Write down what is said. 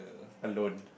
alone